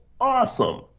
Awesome